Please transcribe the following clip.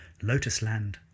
Lotusland